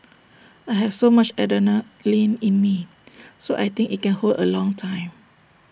I have so much adrenaline in me so I think IT can hold A long time